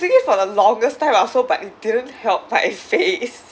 using it for the longest time also but it didn't help my face